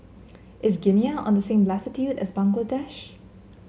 is Guinea on the same latitude as Bangladesh